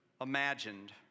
imagined